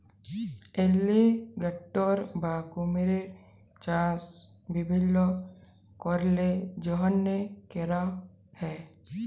alligator বা কুমিরের চাষ বিভিল্ল্য কারলের জ্যনহে ক্যরা হ্যয়